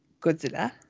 Godzilla